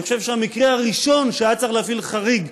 אני חושב שהמקרה הראשון שהיה צריך להפעיל חריג,